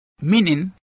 meaning